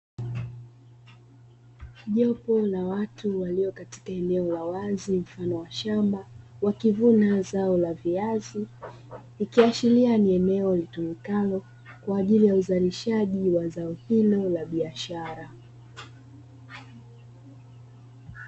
Jopo la watu walio katika eneo la wazi mfano wa shamba, wakivuna zao la viazi, ikiashiria ni eneo litumikalo kwa ajili ya uzalishaji wa zao hilo la biashara.